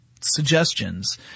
suggestions